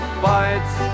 fights